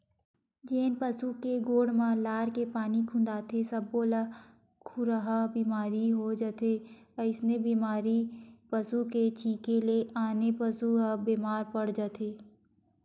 जेन पसु के गोड़ म लार के पानी खुंदाथे सब्बो ल खुरहा बेमारी हो जाथे अइसने बेमारी पसू के छिंके ले आने पसू ह बेमार पड़ जाथे